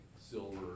silver